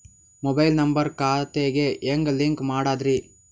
Mobile number ಖಾತೆ ಗೆ ಹೆಂಗ್ ಲಿಂಕ್ ಮಾಡದ್ರಿ?